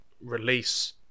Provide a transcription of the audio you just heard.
release